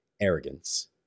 arrogance